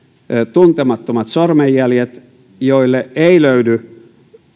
tuntemattomat sormenjäljet joille ei löydy